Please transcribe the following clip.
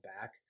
back